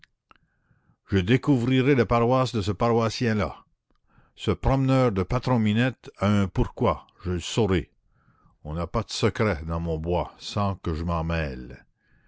je découvrirai la paroisse de ce paroissien là ce promeneur de patron-minette a un pourquoi je le saurai on n'a pas de secret dans mon bois sans que je m'en mêle